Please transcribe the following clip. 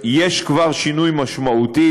יש כבר שינוי משמעותי,